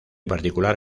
particular